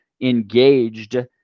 engaged